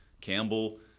Campbell